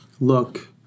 look